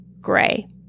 gray